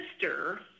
sister